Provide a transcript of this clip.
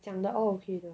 讲的 all okay 的